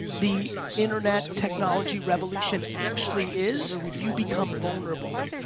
the internet technology revolution actually is you become vulnerable.